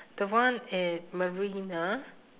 the one at marina